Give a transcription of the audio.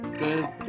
good